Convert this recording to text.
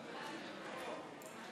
נא